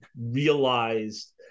realized